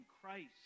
Christ